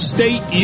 State